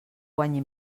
guanyi